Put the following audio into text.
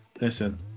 Listen